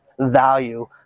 Value